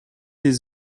des